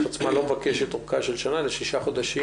עצמה לא מבקשת ארכה של שנה אלא של שישה חודשים,